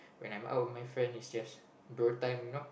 when I'm out with my friend it's just bro time you know